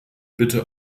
bitte